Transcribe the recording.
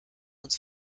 uns